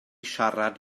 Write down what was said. siarad